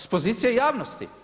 S pozicije javnosti.